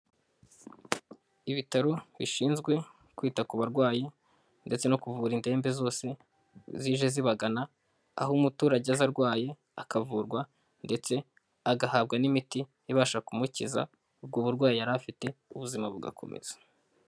Ibitaro bishinzwe kwita ku barwayi ndetse no kuvura indembe zose zije zibagana, aho umuturage aza arwaye, akavurwa ndetse agahabwa n'imiti ibasha kumukiza ubwo burwayi yari afite, ubuzima bugakomeza.